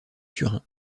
turin